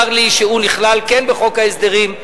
צר לי שהוא כן נכלל בחוק ההסדרים,